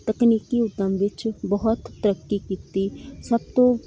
ਤਕਨੀਕੀ ਉੱਦਮ ਵਿੱਚ ਬਹੁਤ ਤਰੱਕੀ ਕੀਤੀ ਸਭ ਤੋਂ